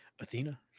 Athena